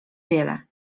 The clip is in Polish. wiele